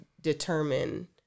determine